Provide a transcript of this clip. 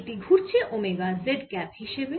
এটি ঘুরছে omega z cap হিসেবে